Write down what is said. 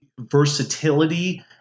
versatility